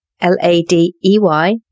L-A-D-E-Y